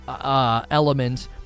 element